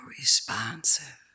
responsive